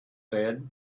said